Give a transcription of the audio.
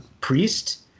priest